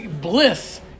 bliss